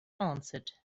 answered